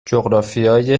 جغرافیای